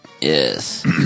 Yes